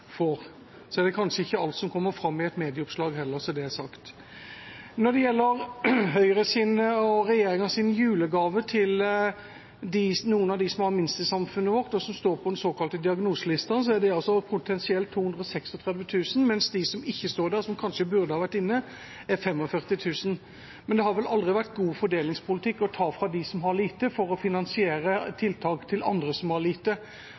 bare så det er sagt. Når det gjelder Høyres og regjeringas julegave til noen av dem som har minst i samfunnet vårt, og som står på den såkalte diagnoselista, så er det potensielt 236 000, mens det er 45 000 som ikke står der, men som kanskje burde vært inne. Men det har vel aldri vært god fordelingspolitikk å ta fra dem som har lite, for å kunne finansiere tiltak til andre som har lite.